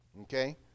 okay